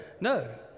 No